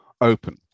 open